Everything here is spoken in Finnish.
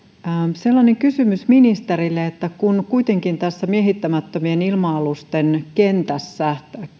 sellainen kysymys ministerille että kun kuitenkin tässä miehittämättömien ilma alusten kentässä